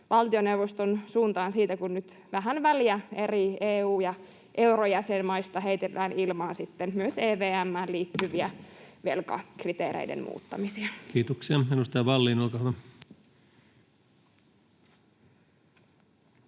valtioneuvoston suuntaan siitä, kun nyt vähän väliä eri EU- ja eurojäsenmaista heitetään ilmaan myös EVM:ään liittyviä velkakriteereiden muuttamisia. [Speech 177] Speaker: